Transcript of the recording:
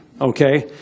okay